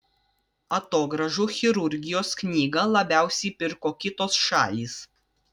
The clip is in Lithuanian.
atogrąžų chirurgijos knygą labiausiai pirko kitos šalys